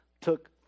took